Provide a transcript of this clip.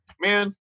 Man